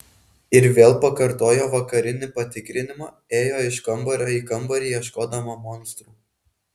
ir vėl pakartojo vakarinį patikrinimą ėjo iš kambario į kambarį ieškodama monstrų